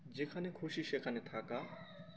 যেখানে খুশি সেখানে থাকা